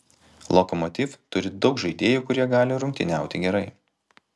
lokomotiv turi daug žaidėjų kurie gali rungtyniauti gerai